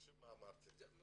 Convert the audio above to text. לא